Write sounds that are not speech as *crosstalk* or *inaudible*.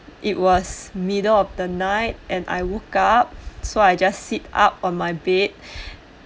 it was middle of the night and I woke up so I just sit up on my bed *breath*